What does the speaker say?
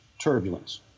turbulence